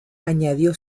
añadió